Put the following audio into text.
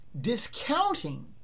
discounting